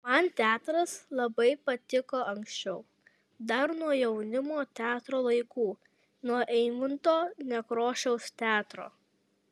man teatras labai patiko anksčiau dar nuo jaunimo teatro laikų nuo eimunto nekrošiaus teatro